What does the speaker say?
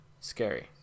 Scary